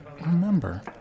remember